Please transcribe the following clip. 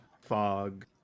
fog